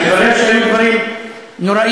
מתברר שהיו דברים נוראים.